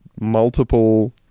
multiple